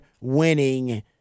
winning